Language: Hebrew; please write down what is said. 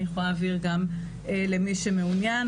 אני יכולה להעביר גם למי שמעוניין.